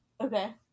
Okay